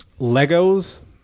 legos